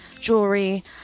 jewelry